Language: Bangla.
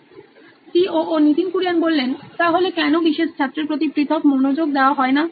Nitin Kurian C O O নোইন ইলেকট্রনিক্স তাহলে কেনো বিশেষ ছাত্রের প্রতি পৃথক মনোযোগ দেওয়া হয় না